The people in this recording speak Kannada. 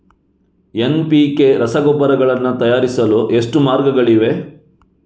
ಎನ್.ಪಿ.ಕೆ ರಸಗೊಬ್ಬರಗಳನ್ನು ತಯಾರಿಸಲು ಎಷ್ಟು ಮಾರ್ಗಗಳಿವೆ?